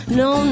no